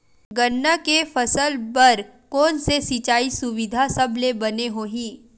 गन्ना के फसल बर कोन से सिचाई सुविधा सबले बने होही?